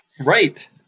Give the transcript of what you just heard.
Right